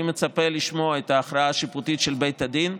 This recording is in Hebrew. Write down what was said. אני מצפה לשמוע את ההכרעה השיפוטית של בית הדין,